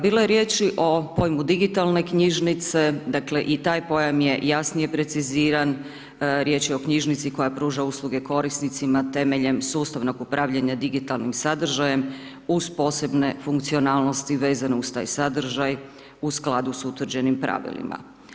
Bilo je riječi o pojmu digitalne knjižnice, dakle, i taj pojam je jasnije preciziran, riječ je o knjižnici koja pruža usluge korisnicima temeljem sustavnog upravljanja digitalnim sadržajem uz posebne funkcionalnosti vezano uz taj sadržaj u skladu s utvrđenim pravilima.